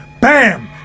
Bam